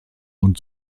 und